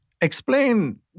Explain